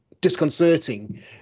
disconcerting